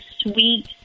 sweet